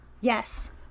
Yes